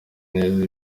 neza